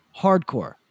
hardcore